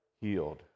healed